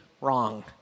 wrong